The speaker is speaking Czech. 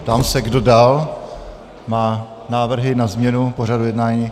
Ptám se, kdo dál má návrhy na změnu pořadu jednání.